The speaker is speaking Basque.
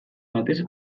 batez